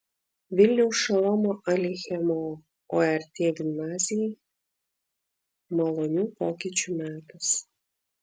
vilniaus šolomo aleichemo ort gimnazijai malonių pokyčių metas